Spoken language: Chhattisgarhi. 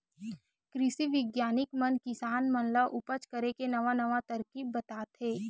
कृषि बिग्यानिक मन किसान मन ल उपज करे के नवा नवा तरकीब बताथे